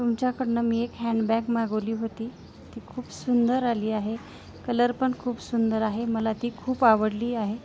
तुमच्याकडून मी एक हँडबॅग मागवली होती ती खूप सुंदर आली आहे कलर पण खूप सुंदर आहे मला ती खूप आवडली आहे